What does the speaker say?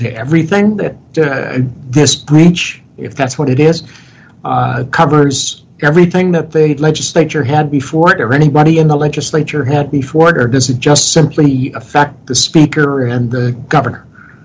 to everything that this branch if that's what it is covers everything that they had legislature had before anybody in the legislature had before it or does it just simply a fact the speaker and the governor